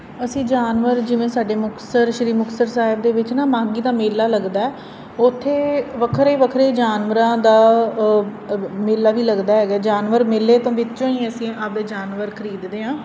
ਅਸੀਂ ਜਾਨਵਰ ਜਿਵੇਂ ਸਾਡੇ ਮੁਕਤਸਰ ਸ਼੍ਰੀ ਮੁਕਤਸਰ ਸਾਹਿਬ ਦੇ ਵਿੱਚ ਨਾ ਮਾਘੀ ਦਾ ਮੇਲਾ ਲੱਗਦਾ ਉੱਥੇ ਵੱਖਰੇ ਵੱਖਰੇ ਜਾਨਵਰਾਂ ਦਾ ਮੇਲਾ ਵੀ ਲੱਗਦਾ ਹੈਗਾ ਜਾਨਵਰ ਮੇਲੇ ਤੋਂ ਵਿੱਚੋਂ ਹੀ ਅਸੀਂ ਆਪਦੇ ਜਾਨਵਰ ਖਰੀਦਦੇ ਹਾਂ